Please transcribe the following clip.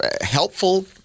helpful